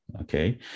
okay